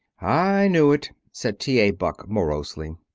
i knew it, said t. a. buck morosely.